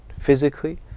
physically